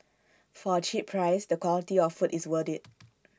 for A cheap price the quality of food is worth IT